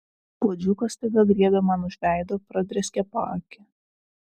puodžiukas staiga griebė man už veido pradrėskė paakį